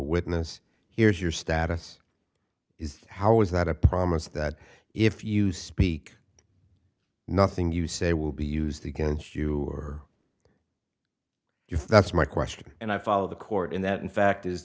witness here's your status is how is that a promise that if you speak nothing you say will be used against you or your that's my question and i follow the court and that in fact